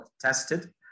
tested